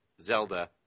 Zelda